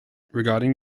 regarding